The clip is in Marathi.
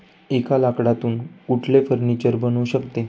एका लाकडातून कुठले फर्निचर बनू शकते?